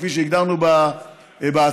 כפי שהגדרנו בהצעה,